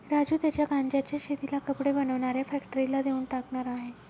राजू त्याच्या गांज्याच्या शेतीला कपडे बनवणाऱ्या फॅक्टरीला देऊन टाकणार आहे